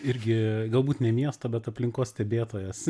irgi galbūt ne miesto bet aplinkos stebėtojas